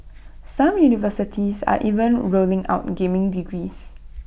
some universities are even rolling out gaming degrees